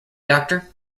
doctor